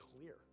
clear